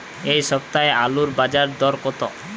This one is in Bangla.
এ সপ্তাহে আলুর বাজার দর কত?